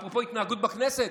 אפרופו התנהגות בכנסת,